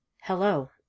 Hello